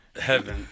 heaven